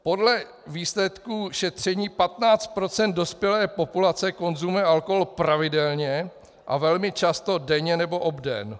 Podle výsledků šetření 15 % dospělé populace konzumuje alkohol pravidelně a velmi často denně nebo obden.